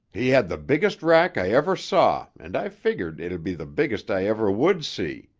he had the biggest rack i ever saw and i figured it'd be the biggest i ever would see.